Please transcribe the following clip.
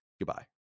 goodbye